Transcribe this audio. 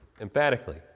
emphatically